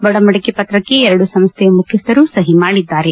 ಒಡಂಬಡಿಕೆ ಪತ್ರಕ್ಕೆ ಎರಡೂ ಸಂಸ್ಥೆಯ ಮುಖ್ಯಸ್ಥರು ಸಹಿ ಮಾಡಿದ್ದಾರೆ